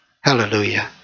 Hallelujah